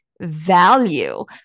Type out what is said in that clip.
value